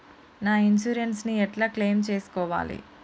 నా ఇన్సూరెన్స్ ని ఎట్ల క్లెయిమ్ చేస్కోవాలి?